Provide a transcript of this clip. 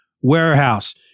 warehouse